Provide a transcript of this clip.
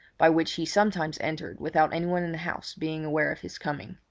by which he sometimes entered without anyone in the house being aware of his coming.